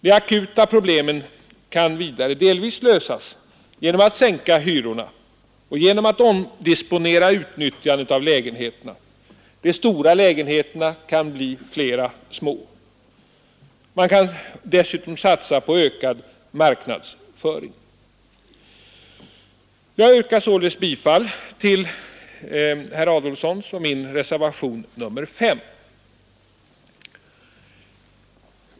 De akuta problemen kan vidare delvis lösas genom att man sänker hyrorna och omdisponerar utnyttjandet av lägenheterna. De stora lägenheterna kan bli flera små. Man kan dessutom satsa på ökad marknadsföring. Jag yrkar således bifall till herr Adolfssons och min reservation 5.